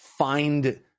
Find